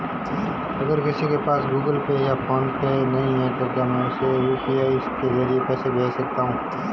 अगर किसी के पास गूगल पे या फोनपे नहीं है तो क्या मैं उसे यू.पी.आई के ज़रिए पैसे भेज सकता हूं?